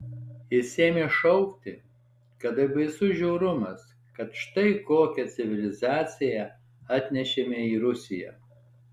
jis ėmė šaukti kad tai baisus žiaurumas kad štai kokią civilizaciją atnešėme į rusiją